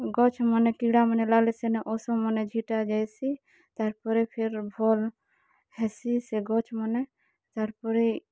ଗଛ୍ମାନେ କିଡ଼ାମାନେ ଲାଗ୍ଲେ ସେନେ ଔଷଧ୍ମାନେ ଝିଣ୍ଟା ଯାଇସି ତାର୍ପରେ ଫେର୍ ଭଲ୍ ହେସି ସେ ଗଛ୍ମାନେ ତାର୍ ପରେ